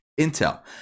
intel